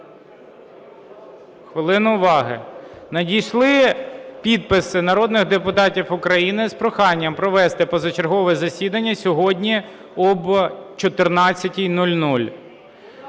хвилину уваги! Надійшли підписи народних депутатів України з проханням провести позачергове засідання сьогодні об 14:00.